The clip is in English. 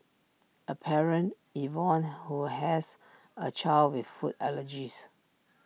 A parent Yvonne who has A child with food allergies